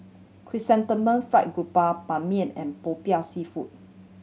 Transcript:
chrysanthemum fried Ban Mian and Popiah Seafood